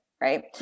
right